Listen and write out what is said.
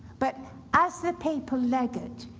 but, as the papal legate,